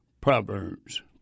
Proverbs